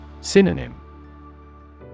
Synonym